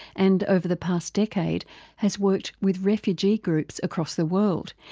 and over the past decade has worked with refugee groups across the world,